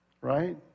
right